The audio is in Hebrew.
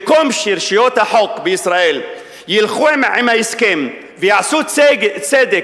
במקום שרשויות החוק בישראל ילכו עם ההסכם ויעשו צדק,